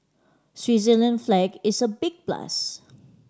Switzerland flag is a big plus